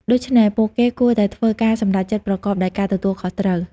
ដូច្នេះពួកគេគួរតែធ្វើការសម្រេចចិត្តប្រកបដោយការទទួលខុសត្រូវ។